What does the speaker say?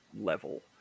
level